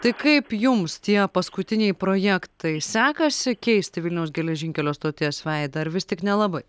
tai kaip jums tie paskutiniai projektai sekasi keisti vilniaus geležinkelio stoties veidą ar vis tik nelabai